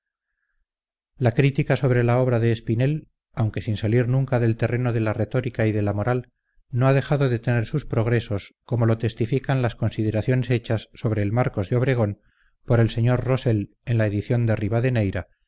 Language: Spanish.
la crítica sobre la obra de espinel aunque sin salir nunca del terreno de la retórica y de la moral no ha dejado de tener sus progresos como lo testifican las consideraciones hechas sobre el marcos de obregón por el sr rosell en la edición de rivadeneyra